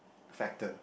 factor